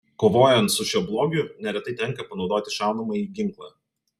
kovojant su šiuo blogiu neretai tenka panaudoti šaunamąjį ginklą